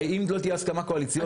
הרי אם לא תהיה הסכמה קואליציונית,